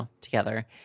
together